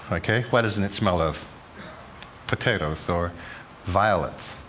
ok? why doesn't it smell of potatoes or violets?